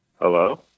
Hello